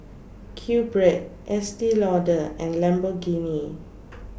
QBread Estee Lauder and Lamborghini